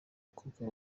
mukobwa